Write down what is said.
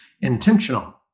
intentional